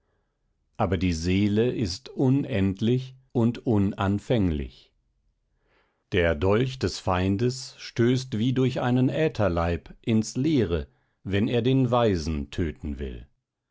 aber die seele ist unendlich und unanfänglich der dolch des feindes stößt wie durch einen ätherleib ins leere wenn er den weisen töten will